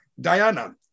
Diana